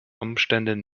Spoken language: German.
umständen